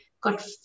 got